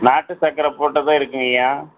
நாட்டுச் சக்கரை போட்டதும் இருக்குங்கய்யா